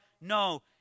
No